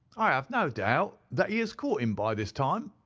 i have no doubt that he has caught him by this time.